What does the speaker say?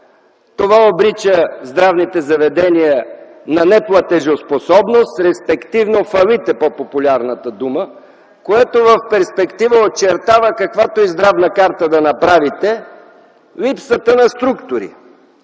Това обрича здравните заведения на неплатежоспособност, респективно фалит е по-популярната дума, което в перспектива очертава каквато и здравна карта да направите, липсата на структури.